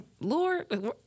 Lord